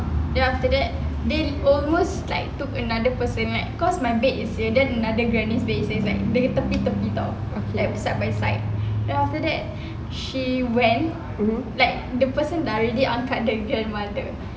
then after that they almost like took another person like cause my bed is here then another granny's bed is here so it's like tepi-tepi [tau] like side by side then after that she went like the person dah already angkat the grandmother